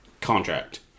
contract